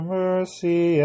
mercy